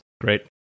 Great